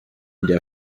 der